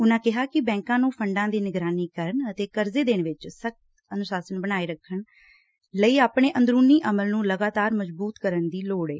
ਉਨ੍ਹਾ ਕਿਹਾ ਕਿ ਬੈਂਕਾਂ ਨੂੰ ਫੰਡਾਂ ਦੀ ਨਿਗਰਾਨੀ ਕਰਨ ਅਤੇ ਕਰਜ਼ੇ ਦੇਣ ਵਿਚ ਸਖ਼ਤ ਅਨੁਸ਼ਾਸਨ ਬਣਾਏ ਰੱਖਣ ਲਈ ਆਪਣੇ ਅੰਦਰੂਨੀ ਅਮਲ ਨੂੰ ਲਗਾਤਾਰ ਮਜਬੂਤ ਕਰਨ ਦੀ ਲੋੜ ਏ